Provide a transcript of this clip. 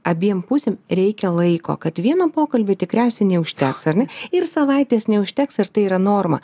abiem pusėm reikia laiko kad vieno pokalbio tikriausiai neužteks ar ne ir savaitės neužteks ir tai yra norma